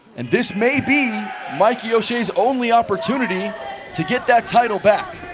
and this may be mikey o'shea's only opportunity to get that title back